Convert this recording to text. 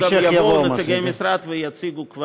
אז בוודאי גם לשם יבואו נציגי המשרד ויציגו.